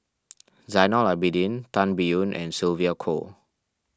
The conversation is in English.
Zainal Abidin Tan Biyun and Sylvia Kho